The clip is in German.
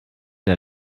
der